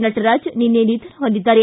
ನಟರಾಜ್ ನಿನ್ನೆ ನಿಧನ ಹೊಂದಿದ್ದಾರೆ